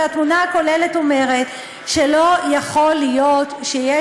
והתמונה הכוללת אומרת שלא יכול להיות שיש